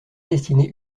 destinée